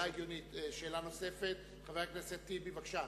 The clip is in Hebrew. שאלה נוספת, חבר הכנסת טיבי, בבקשה.